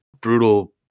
brutal